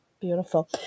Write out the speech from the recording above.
Beautiful